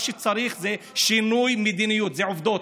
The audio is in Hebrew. מה שצריך זה שינוי מדיניות, אלה עובדות.